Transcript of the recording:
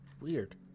Weird